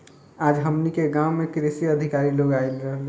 आज हमनी के गाँव में कृषि अधिकारी लोग आइल रहले